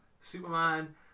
Superman